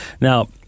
Now